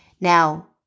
Now